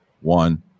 one